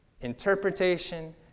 interpretation